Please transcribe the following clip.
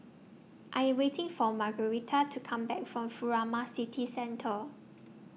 I waiting For Margarete to Come Back from Furama City Centre